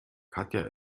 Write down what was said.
katja